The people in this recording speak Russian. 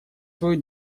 свою